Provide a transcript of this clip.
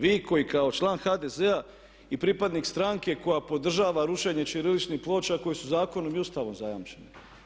Vi kao član HDZ-a i pripadnik stranke koja podržava rušenje ćiriličnih ploča koji su zakonom i Ustavom zajamčene.